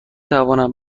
توانم